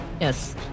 Yes